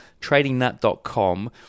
tradingnut.com